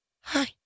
hi